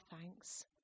thanks